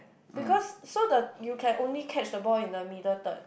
because so the you can only catch the ball in the middle third